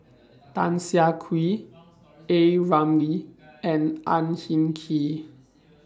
Tan Siah Kwee A Ramli and Ang Hin Kee